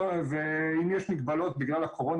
ואם יש מגבלות בגלל הקורונה,